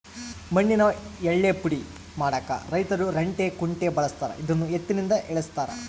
ಮಣ್ಣಿನ ಯಳ್ಳೇ ಪುಡಿ ಮಾಡಾಕ ರೈತರು ರಂಟೆ ಕುಂಟೆ ಬಳಸ್ತಾರ ಇದನ್ನು ಎತ್ತಿನಿಂದ ಎಳೆಸ್ತಾರೆ